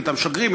את המשגרים,